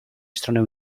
stronę